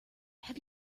have